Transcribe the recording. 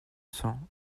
cents